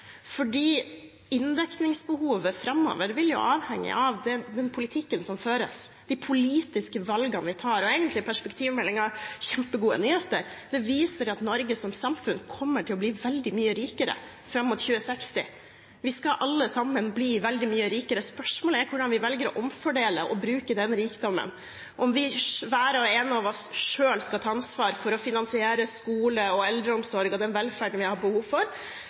Inndekningsbehovet framover vil avhenge av den politikken som føres, de politiske valgene vi tar. Egentlig er perspektivmeldingen kjempegode nyheter. Den viser at Norge som samfunn kommer til å bli veldig mye rikere fram mot 2060. Vi skal alle sammen bli veldig mye rikere. Spørsmålet er hvordan vi velger å omfordele og bruke den rikdommen – om hver og en av oss selv skal ta ansvar for å finansiere skole, eldreomsorg og den velferden vi har behov for,